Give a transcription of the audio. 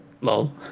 lol